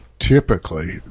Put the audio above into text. Typically